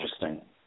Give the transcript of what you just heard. Interesting